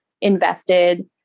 invested